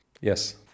Yes